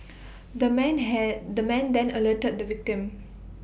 the man have the man then alerted the victim